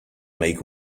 make